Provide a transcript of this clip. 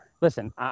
listen